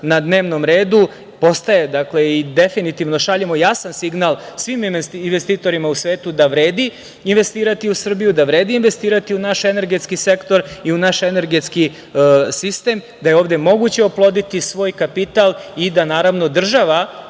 na dnevnom redu postaje i definitivno šaljemo jasan signal svim investitorima u svetu da vredi investirati u Srbiju, da vredi investirati u naš energetski sektor i u naš energetski sistem, da je ovde moguće oploditi svoj kapital i da, naravno, država